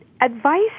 advice